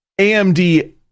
AMD